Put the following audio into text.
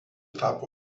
tapo